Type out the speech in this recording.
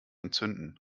entzünden